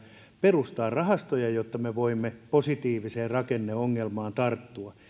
perustaa rahastoja jotta me voimme positiiviseen rakenneongelmaan tarttua